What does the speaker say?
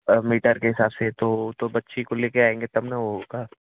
पर मीटर के हिसाब से तो तो बच्ची को ले कर आएँगे तो तब ना होगा